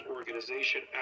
Organization